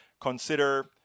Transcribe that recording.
consider